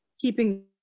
keeping